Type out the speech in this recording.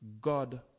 God